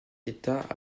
d’état